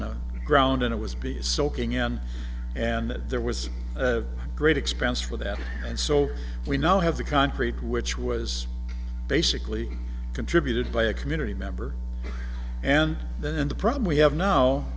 the ground and it was b s soaking in and that there was great expense for that and so we now have the concrete which was basically contributed by a community member and then the problem we have now